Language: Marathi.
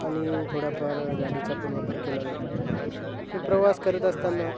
आणि थोड्याफार गाडीचा पण वापर केला जातो आणि प्रवास करत असताना